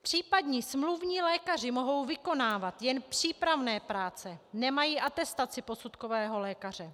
Případní smluvní lékaři mohou vykonávat jen přípravné práce, nemají atestaci posudkového lékaře.